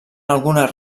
algunes